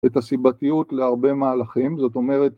‫את הסיבתיות להרבה מהלכים, ‫זאת אומרת...